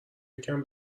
یکم